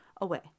away